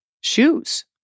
Shoes